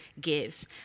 gives